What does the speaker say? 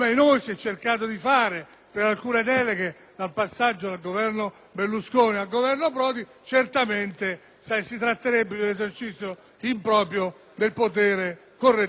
per alcune deleghe nel passaggio dal Governo Berlusconi al Governo Prodi), si tratterebbe di un esercizio improprio del potere correttivo di delega.